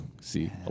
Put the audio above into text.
see